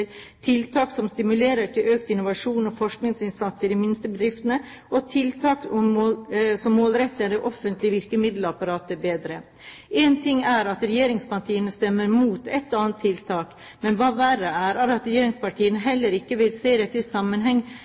tiltak som stimulerer til økt innovasjon og forskningsinnsats i de minste bedriftene, og tiltak som målretter det offentlige virkemiddelapparatet bedre. Én ting er at regjeringspartiene stemmer imot ett og annet tiltak, men hva verre er, er at regjeringspartiene heller ikke vil se dette i en sammenheng,